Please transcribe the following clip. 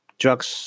drugs